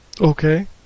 Okay